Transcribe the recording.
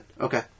Okay